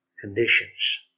Conditions